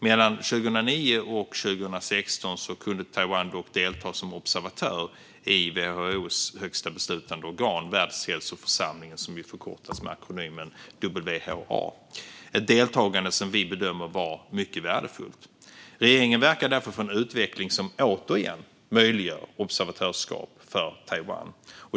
Mellan 2009 och 2016 kunde Taiwan dock delta som observatör i WHO:s högsta beslutande organ Världshälsoförsamlingen, WHA - ett deltagande som vi bedömer var mycket värdefullt. Regeringen verkar därför för en utveckling som återigen möjliggör observatörskap för Taiwan.